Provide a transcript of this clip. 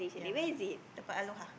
yeah tempat Aloha